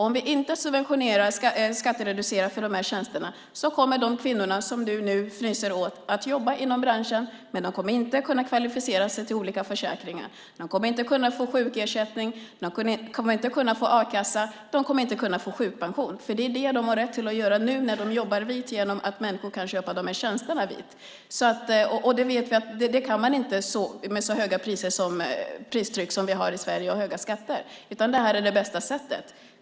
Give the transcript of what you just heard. Om vi inte skattereducerar för de här tjänsterna kommer de kvinnor som du nu fnyser åt att jobba inom branschen, men de kommer inte att kunna kvalificera sig till olika försäkringar. De kommer inte att kunna få sjukersättning, de kommer inte att kunna få a-kassa och de kommer inte att kunna få sjukpension. Det har de rätt att göra nu när de jobbar vitt genom att människor kan köpa de här tjänsterna vitt. Det kan man inte annars med så högt pristryck och så höga skatter som vi har i Sverige. Det här är det bästa sättet.